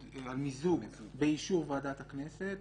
באישור ועדת הכנסת,